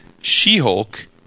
She-Hulk